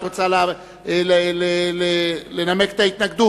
את רוצה לנמק את ההתנגדות?